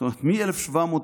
זאת אומרת, מ-1791,